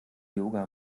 yoga